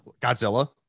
Godzilla